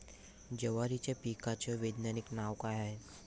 जवारीच्या पिकाचं वैधानिक नाव का हाये?